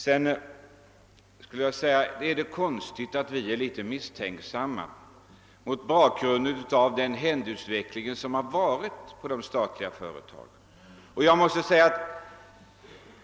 Är det då så konstigt att vi är misstänksamma, mot bakgrunden av den händelseutveckling som ägt rum inom de statliga företagen?